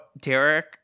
Derek